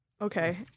Okay